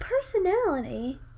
personality